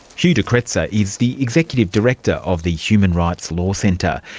hugh de kretser is the executive director of the human rights law centre.